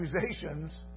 accusations